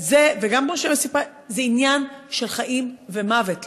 זה עניין של חיים ומוות,